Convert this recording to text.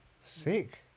Sick